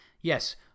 Yes